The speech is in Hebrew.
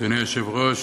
אדוני היושב-ראש,